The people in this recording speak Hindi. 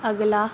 अगला